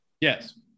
Yes